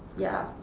yeah.